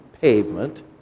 pavement